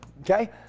okay